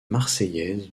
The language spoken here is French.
marseillaise